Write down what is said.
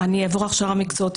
אני אעבור הכשרה מקצועית,